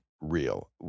real